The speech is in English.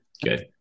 Good